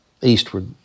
eastward